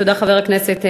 תודה, חבר הכנסת מקלב.